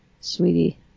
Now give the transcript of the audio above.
Sweetie